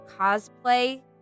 cosplay